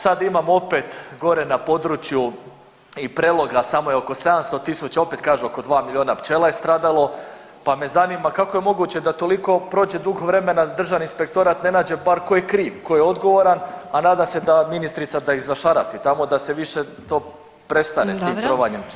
Sad imamo opet gore na području i Preloga samo je oko 700 tisuća opet kažu oko 2 milijuna pčela je stradalo, pa me zanima kako je moguće da toliko prođe dugo vremena da državni inspektorat ne nađe bar ko je kriv, ko je odgovoran, a nadam se da ministrica da ih zašarafi tamo, da se više to prestane s tim trovanjem pčela.